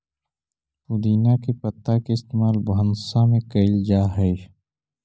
पुदीना के पत्ता के इस्तेमाल भंसा में कएल जा हई